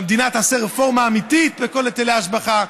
והמדינה תעשה רפורמה אמיתית בכל היטלי ההשבחה.